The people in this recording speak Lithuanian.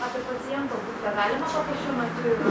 apie paciento būklę galima kokia šiuo metu yra